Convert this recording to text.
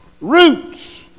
Roots